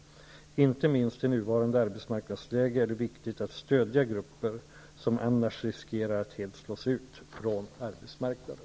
Inte minst i nuvarande arbetsmarknadsläge är det viktigt att stödja grupper, som annars riskerar att helt slås ut från arbetsmarknaden.